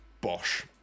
Bosch